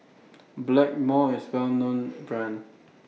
Blackmores IS A Well known Brand